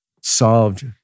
solved